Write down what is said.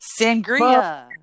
Sangria